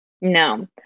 No